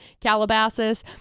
Calabasas